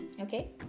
Okay